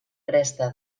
cresta